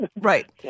Right